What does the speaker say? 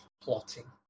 plotting